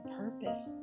purpose